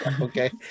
okay